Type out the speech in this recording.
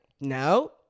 no